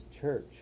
church